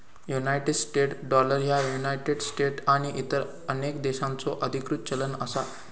United States dollar ह्या United States आणि इतर अनेक देशांचो अधिकृत चलन असा